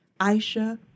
Aisha